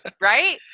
Right